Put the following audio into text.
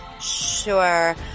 sure